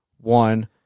one